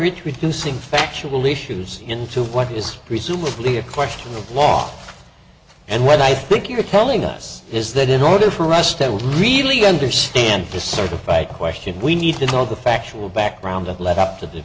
reach reducing factual issues into what is presumably a question of law and what i think you're telling us is that in order for arrest that we really understand to certify question we need to tell the factual background that led up to the